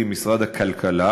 במשרדי עם משרד הכלכלה,